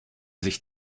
sich